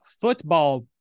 football